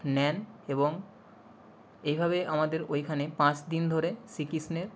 নেন এবং এইভাবে আমাদের ওইখানে পাঁচ দিন ধরে শ্রীকৃষ্ণেরর